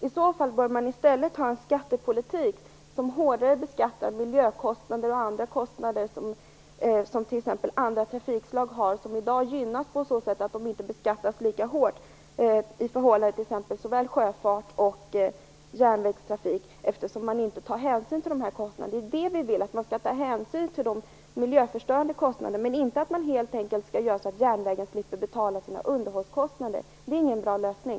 I så fall bör man i stället ha en skattepolitik som gör att man beskattar hårdare t.ex. miljöpåverkan som andra trafikslag har och som i dag gynnas på så sätt att de inte beskattas lika hårt i förhållande till såväl sjöfart som järnvägstrafik. Man tar ju inte hänsyn till de kostnaderna. Vi vill att man skall ta hänsyn till kostnader för miljöförstörelse, men inte så att järnvägen helt enkelt slipper betala sina underhållskostnader. Det är ingen bra lösning.